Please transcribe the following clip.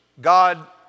God